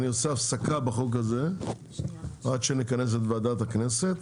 אני עושה הפסקה בחוק הזה עד שנכנס את ועדת הכנסת.